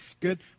Good